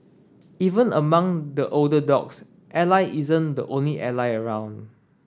even among the older dogs Ally isn't the only Ally around